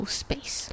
space